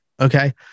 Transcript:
Okay